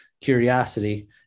curiosity